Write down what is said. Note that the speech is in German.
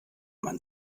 man